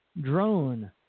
drone